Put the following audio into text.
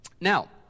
Now